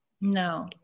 no